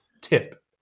tip